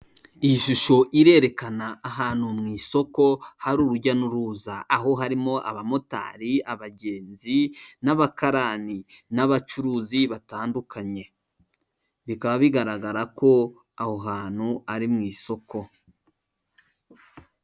Iyi shusho irerekana ahantu mu isoko hari urujya n'uruza aho harimo abamotari, abagenzi, n'abakarani, n'abacuruzi batandukanye, bikaba bigaragara ko aho hantu ari mu isoko.